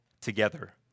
together